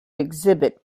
exhibit